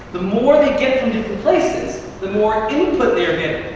the more they get from different places, the more input they're getting.